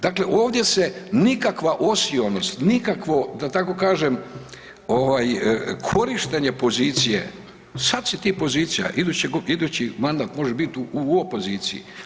Dakle ovdje se nikakva osionost, nikakvo da tako kažem korištenje pozicije, sad si ti pozicija, idući mandat može biti u opoziciji.